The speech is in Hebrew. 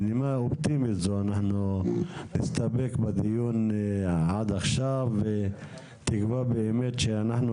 אנחנו נסתפק בדיון עד עכשיו ובתקווה באמת שאנחנו